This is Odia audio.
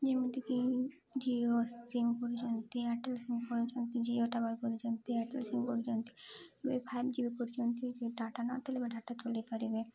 ଯେମିତିକି ଜିଓ ସିମ୍ କରୁଛନ୍ତି ଏୟାରଟେଲ୍ ସିମ୍ କରୁଛନ୍ତି ଜିଓ ଟାୱାର୍ କରୁଛନ୍ତି ଏୟାରଟେଲ୍ ସିମ୍ କରୁଛନ୍ତି ଏବେ ଫାଇଭ୍ ଜି ବି କରୁଛନ୍ତି ଯେ ଡାଟା ନଥିଲେ ବା ଡାଟା ଚଲାଇପାରିବେ